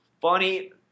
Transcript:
Funny